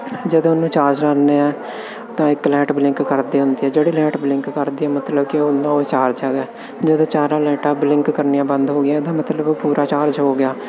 ਜਦੋਂ ਉਹਨੂੰ ਚਾਰਜ ਲਾਉਂਦੇ ਹਾਂ ਤਾਂ ਇੱਕ ਲਾਈਟ ਬਲਿੰਕ ਕਰਦੀ ਹੁੰਦੀ ਆ ਜਿਹੜੀ ਲਾਈਟ ਬਲਿੰਕ ਕਰਦੀ ਆ ਮਤਲਬ ਕਿ ਹੁੰਦਾ ਉਹ ਚਾਰਜ ਹੈਗਾ ਜਦੋਂ ਚਾਰੋਂ ਲਾਈਟਾਂ ਬਲਿੰਕ ਕਰਨੀਆਂ ਬੰਦ ਹੋ ਗਈਆਂ ਇਹਦਾ ਮਤਲਬ ਉਹ ਪੂਰਾ ਚਾਰਜ ਹੋ ਗਿਆ